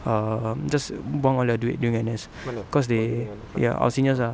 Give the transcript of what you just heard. err just buang all their duit during N_S cause they ya our seniors ah